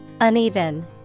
Uneven